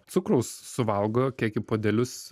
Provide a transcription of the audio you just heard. cukraus suvalgo kiek į puodelius